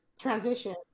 Transition